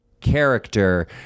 character